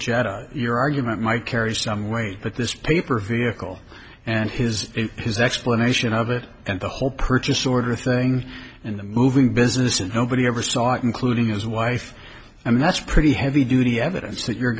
jag your argument might carry some weight but this paper vehicle and his in his explanation of it and the whole purchase order thing in the moving business and nobody ever saw it including his wife i mean that's pretty heavy duty evidence that you